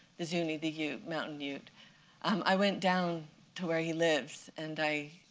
the zuni, the ute mountain ute um i went down to where he lives. and i